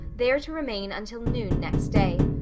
there to remain until noon next day.